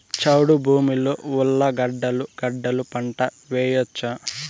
చౌడు భూమిలో ఉర్లగడ్డలు గడ్డలు పంట వేయచ్చా?